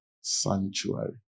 sanctuary